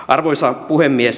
arvoisa puhemies